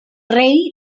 rei